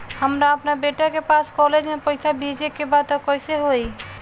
हमरा अपना बेटा के पास कॉलेज में पइसा बेजे के बा त कइसे होई?